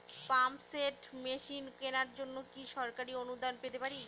Pump set machine কেনার জন্য কি সরকারি অনুদান পেতে পারি?